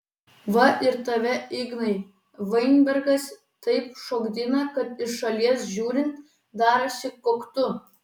va ir tave ignai vainbergas taip šokdina kad iš šalies žiūrint darosi koktu